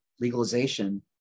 legalization